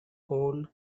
old